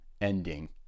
ending